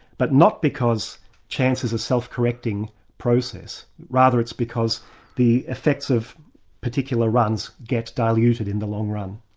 but not because chance is a self-correcting process, rather it's because the effects of particular runs gets diluted in the long run.